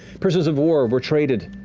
prisoners of war were traded.